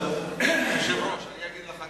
אדוני היושב-ראש, אני אגיד גם